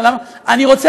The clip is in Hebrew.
אני שואל: למה?